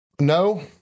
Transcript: no